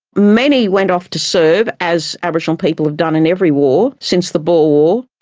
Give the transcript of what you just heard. many went off to serve, as aboriginal people have done in every war since the boer war.